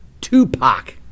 Tupac